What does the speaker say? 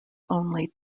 only